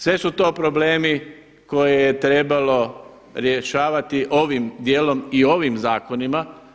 Sve su to problemi koje je trebalo rješavati dijelom i ovim zakonima.